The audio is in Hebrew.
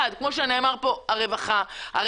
הרווחה כמו שנאמר פה.